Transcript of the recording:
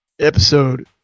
episode